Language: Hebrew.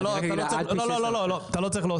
יש פה יזמים שאומרים שזה לא מספיק ברור.